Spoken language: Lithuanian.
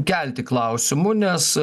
kelti klausimų nes